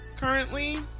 currently